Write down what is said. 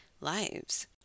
lives